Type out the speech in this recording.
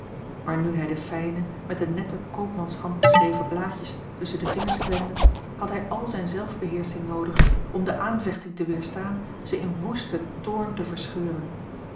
maar nu hij de fijne a l g bosboom-toussaint langs een omweg met eene nette koopmanshand beschreven blaadjes tusschen de vingers klemde had hij al zijne zelfbeheersching noodig om de aanvechting te weerstaan ze in woesten toorn te verscheuren